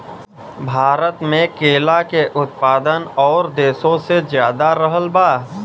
भारत मे केला के उत्पादन और देशो से ज्यादा रहल बा